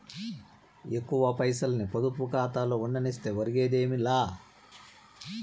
ఎక్కువ పైసల్ని పొదుపు కాతాలో ఉండనిస్తే ఒరిగేదేమీ లా